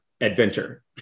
adventure